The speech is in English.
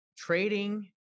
Trading